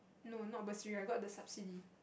no not bursary I got the subsidy